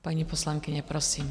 Paní poslankyně, prosím.